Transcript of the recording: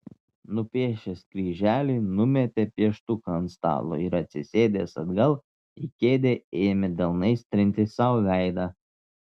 nupiešęs kryželį numetė pieštuką ant stalo ir atsisėdęs atgal į kėdę ėmė delnais trinti sau veidą